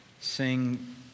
sing